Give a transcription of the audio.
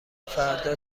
فردا